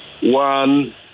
One